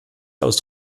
aus